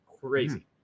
Crazy